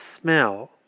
smell